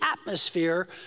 atmosphere